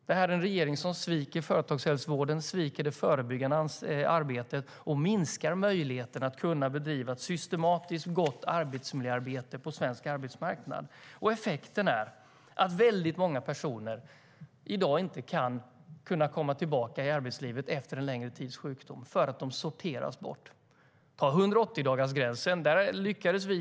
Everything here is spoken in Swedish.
Det här är en regering som sviker företagshälsovården, sviker det förebyggande arbetet och minskar möjligheten att bedriva ett systematiskt gott arbetsmiljöarbete på svensk arbetsmarknad. Effekten är att många personer i dag inte kan komma tillbaka till arbetslivet efter en längre tids sjukdom, därför att de sorteras bort. Jag kan ta som exempel 180-dagarsgränsen.